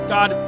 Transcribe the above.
God